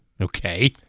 Okay